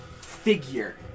figure